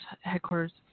headquarters